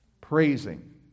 praising